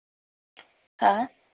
हा